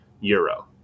Euro